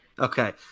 Okay